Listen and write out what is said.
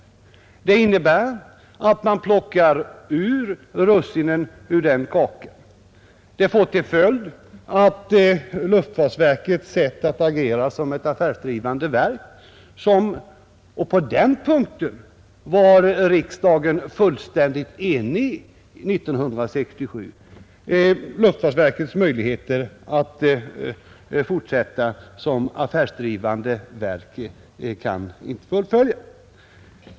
Man skulle helt enkelt plocka ut russinen ur den kakan. Det skulle få till följd att luftfartsverkets möjlighet att agera som ett affärsdrivande verk — och på den punkten var riksdagen fullständigt enig 1967 — inte kunde fullföljas.